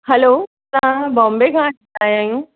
हलो असां बॉम्बे खां आहिया यूं